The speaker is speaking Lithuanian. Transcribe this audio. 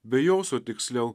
be jos o tiksliau